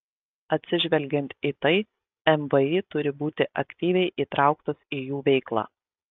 atsižvelgiant į tai mvį turi būti aktyviai įtrauktos į jų veiklą